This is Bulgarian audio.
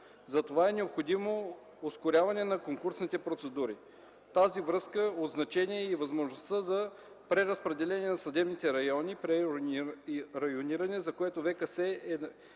Затова е необходимо ускоряване на конкурсните процедури. В тази връзка от значение е и възможността за преразпределение на съдебните райони (прерайониране), за което ВКС е